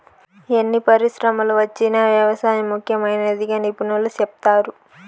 ఎన్ని పరిశ్రమలు వచ్చినా వ్యవసాయం ముఖ్యమైనదిగా నిపుణులు సెప్తారు